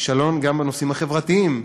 כישלון גם בנושאים החברתיים.